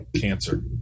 cancer